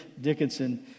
Dickinson